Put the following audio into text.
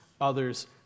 others